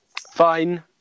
Fine